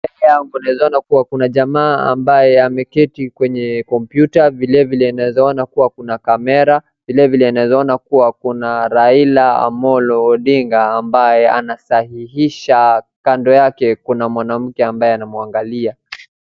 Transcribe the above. Mbele yangu naeza ona kuna jamaa ambaye ameketi kwenye kompyuta vile vile naeza ona kuwa kuna camera , vile vile naeza ona kuwa kuna Raila Amolo Ondinga ambaye anasahihisha kando yake kuna mwanamke ambaye anamwangalia.